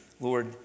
Lord